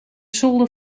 zolder